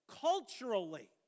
Culturally